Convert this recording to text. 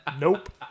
Nope